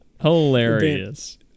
Hilarious